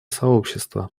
сообщества